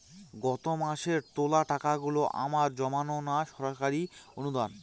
গত মাসের তোলা টাকাগুলো আমার জমানো না সরকারি অনুদান?